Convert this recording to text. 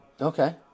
Okay